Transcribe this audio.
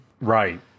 Right